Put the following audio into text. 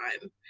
time